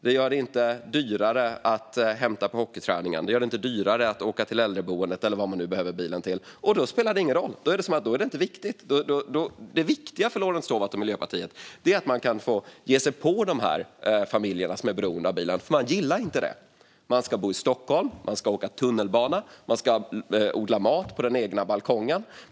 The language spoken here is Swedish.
Det gör det inte dyrare att hämta på hockeyträningen. Det gör det inte dyrare att åka till äldreboendet eller vad man nu behöver bilen till. Och då spelar det ingen roll. Då är det som att det inte är viktigt. Det viktiga för Lorentz Tovatt och Miljöpartiet är att man får ge sig på de familjer som är beroende av bilen, för de gillar inte det. Man ska bo i Stockholm, man ska åka tunnelbana och man ska odla mat på den egna balkongen.